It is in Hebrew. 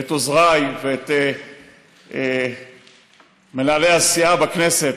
את עוזריי ואת מנהלי הסיעה בכנסת,